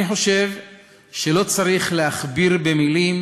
אני חושב שלא צריך להכביר מילים